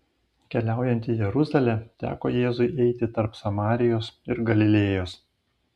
keliaujant į jeruzalę teko jėzui eiti tarp samarijos ir galilėjos